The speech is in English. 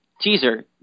Teaser